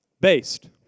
based